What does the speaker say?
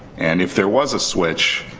and, if there was a switch,